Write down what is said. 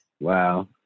Wow